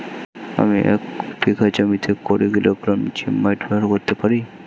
আমি এক বিঘা জমিতে কুড়ি কিলোগ্রাম জিপমাইট ব্যবহার করতে পারি?